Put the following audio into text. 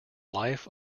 life